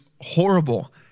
horrible